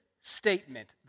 statement